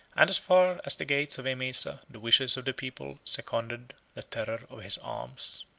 and as far as the gates of emesa, the wishes of the people seconded the terror of his arms.